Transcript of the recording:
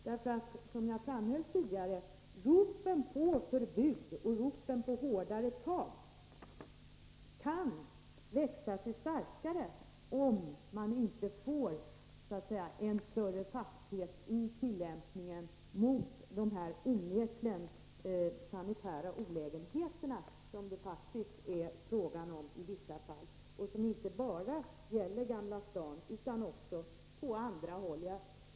Som jag tidigare framhöll kan ropen på förbud och hårdare tag växa sig starkare, om man inte får till stånd en större fasthet i tillämpningen och avhjälper de sanitära olägenheter som det faktiskt i vissa fall är fråga om; det gäller inte bara Gamla stan utan även andra ställen.